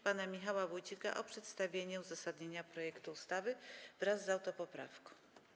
pana Michała Wójcika o przedstawienie uzasadnienia projektu ustawy wraz z autopoprawką.